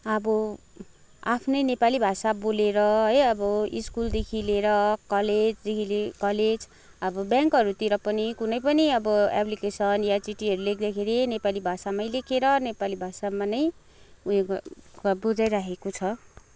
अब आफ्नै नेपाली भाषा बोलेर है अब स्कुलदेखि लिएर कलेजदेखि कलेज अब ब्याङ्कहरूतिर पनि कुनै पनि अब एप्लिकेसन या चिठीहरू लेख्दाखेरि नेपाली भाषामै लेखेर नेपाली भाषामा नै उयो बुझाइ राखेको छ